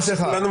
מסכה.